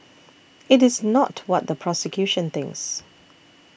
it is not what the prosecution thinks